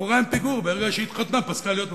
בחורה עם פיגור, ברגע שהתחתנה, פסקה להיות מפגרת.